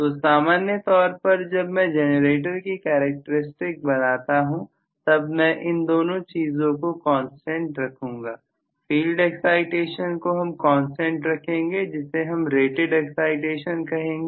तो सामान्य तौर पर जब मैं जनरेटर की कैरेक्टर स्टिक बनाता हूं तब मैं इन दोनों चीजों को कांस्टेंट रखूंगा फील्ड एक्साइटेशन को हम कांस्टेंट रखेंगे जिसे हम रेटेड एक्साइटेशन करेंगे